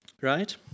right